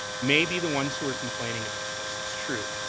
may be the ones who are complaining about this. that's true.